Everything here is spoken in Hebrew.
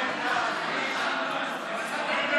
בן